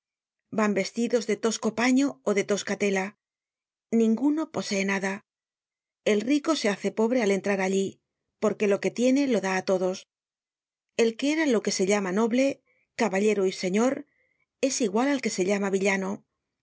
van vestidos de toseo paño ó de tosca tela ninguno posee nada el rico se hace pobre al entrar allí porque lo que tiene lo da á todos el que era lo que se llama noble caballero y señor es igual al que se llama villano